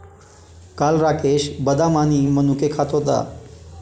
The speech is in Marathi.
काल राकेश बदाम आणि मनुके खात होता